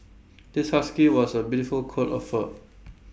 this husky was A beautiful coat of fur